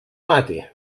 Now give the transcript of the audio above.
mata